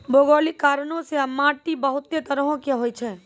भौगोलिक कारणो से माट्टी बहुते तरहो के होय छै